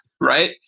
right